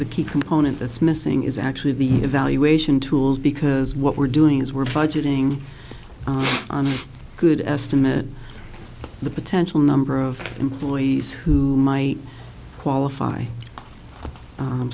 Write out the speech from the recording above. the key component that's missing is actually the evaluation tools because what we're doing is we're fighting a good estimate the potential number of employees who might qualify